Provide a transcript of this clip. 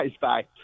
Bye